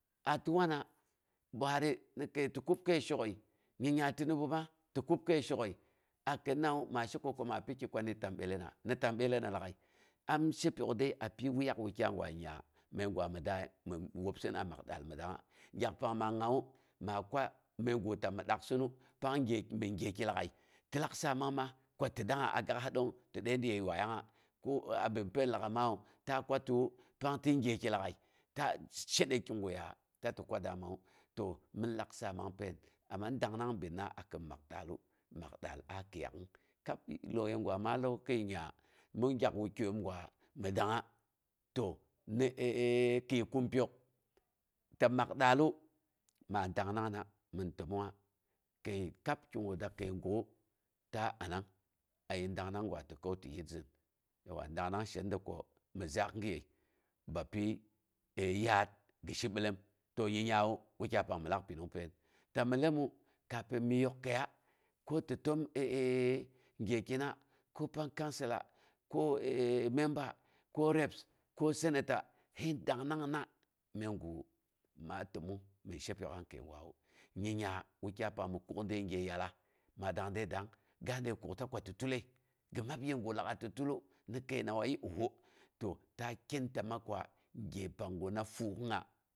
A ti wana, buhari ni kəi ti kab kəi shok'əi. Nyingnya tinibu ma ti kub kəi shok əi akinnawu maa she ko, ko maa niki koni tambyelena ni tambyelena lag'ai am she pyok dəi amji wuyak wukyai gwa nyingnya məigwa mi daa mi daa mi wobsin a maa daal gwa mi dangnga. Gyak pang maa ngawu maa kwa məigu ta mi daksɨnu kang min gyeki lag'ai. Ti lak saamangma ko ti dangnga a gak'as dong mi dəiməi yuaiyangnga, abi pain lag'ai mawu ta kwatiwu pang tinn gyeki lag'ai. Ta she- shedai kiguya ta ti kwa damawu, to min lak saamang pain, amaa dangnang binna a kin mak daalu, mak daal a kɨɨyakungo kab lauyeggwa maa lauka nyingnya, min gyak wukyaiyom gwaa mi dangnga to ni kɨi kumpyk. Ta mak daalu maa dangngna min təmongnga kəi kab kyau da kəi guk'u, ta anang aye tangnang gwa ti kau ti kau ti yitzin. Dangnga shena da ko mi zaakgaye bapyi yaat gi shibiloom to nyingnyawu wukipi pang min lak pining pain. Ta millomu, kafin mi yok kəiya, ko ti təm gyekina, ko pang councila ko member, ko repsco senator him dangngangna məigu maa təmong min shepyok'a ni kəiggwawu. Nyingnya wakyai pang mi kwa de gye yallas maa dang de dangng ga de kakta koti tule, gimab yegu lag'ai ti tulu, ni kəinawayii oho ta kinta maa kwa gye pangguna fuuk'unya.